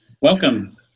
welcome